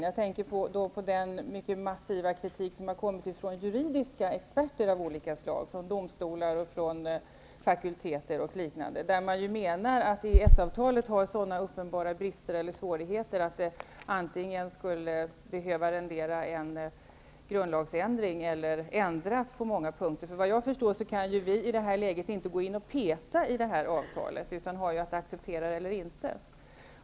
Jag tänker då på den mycket kraftiga kritik som kommit från juridiska experter av olika slag från domstolar, fakulteter och liknande, där man menar att EES-avtalet har uppenbara brister och att det finns sådana svårigheter att det antingen kommer att rendera en grundlagsändring eller att avtalet ändras på många punkter. Såvitt jag förstår kan vi i det här läget inte gå in och peta i avtalet, utan vi har att acceptera det eller inte.